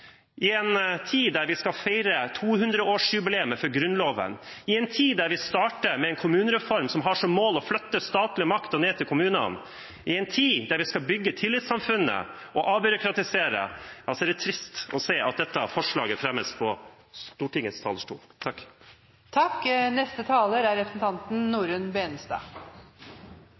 I en tid når vi skal feire 200-årsjubileet for Grunnloven, i en tid når vi starter med en kommunereform som har som mål å flytte statlig makt ned til kommunene, og i en tid når vi skal bygge tillitssamfunnet og avbyråkratisere, er det trist å se at dette forslaget fremmes fra Stortingets talerstol.